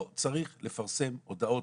לא צריך לפרסם הודעות